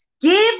give